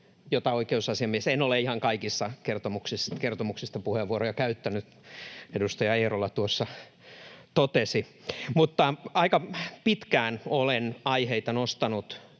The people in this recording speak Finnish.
monta kertaa ole!] — En ole ihan kaikista kertomuksista puheenvuoroja käyttänyt, edustaja Eerola tuossa totesi, mutta aika pitkään olen aiheita nostanut